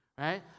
right